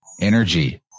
energy